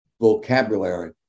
vocabulary